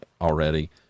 already